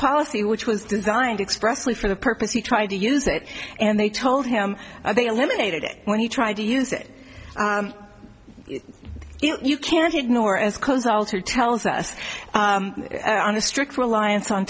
policy which was designed expressly for the purpose he tried to use it and they told him they eliminated it when he tried to use it you can't ignore as close alter tells us on a strict reliance on